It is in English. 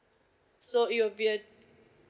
so it will be a